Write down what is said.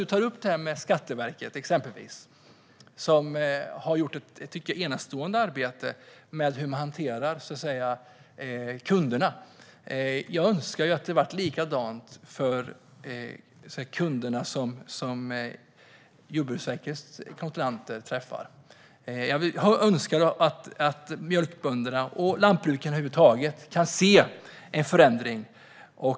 Du tar exempelvis upp Skatteverket, som jag tycker har gjort ett enastående arbete med hantering av kunderna. Jag önskar att det hade varit likadant med de kunder som Jordbruksverkets kontrollanter träffar. Jag önskar att mjölkbönder och lantbrukare över huvud taget kunde se en förändring.